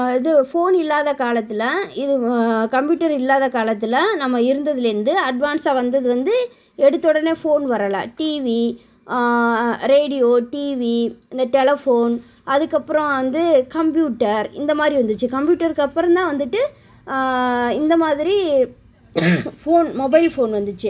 இது ஃபோன் இல்லாத காலத்தில் இது கம்புயூட்டர் இல்லாத காலத்தில் நம்ம இருந்ததிலேருந்து அட்வான்ஸாக வந்தது வந்து எடுத்த உடனே ஃபோன் வரலை டிவி ரேடியோ டிவி இந்த டெலஃபோன் அதுக்கப்புறோம் வந்து கம்புயூட்டர் இந்த மாதிரி வந்துச்சு கம்புயூட்டருக்கு அப்புறோந்தான் வந்துட்டு இந்த மாதிரி ஃபோன் மொபைல் ஃபோன் வந்துச்சு